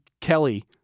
Kelly